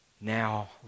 now